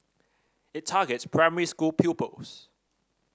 it targets primary school pupils